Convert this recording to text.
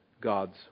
God's